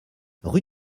rue